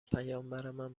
پیامبرمم